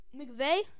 McVeigh